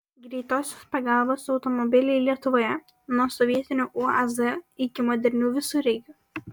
greitosios pagalbos automobiliai lietuvoje nuo sovietinių uaz iki modernių visureigių